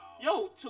Yo